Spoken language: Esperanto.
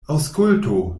aŭskultu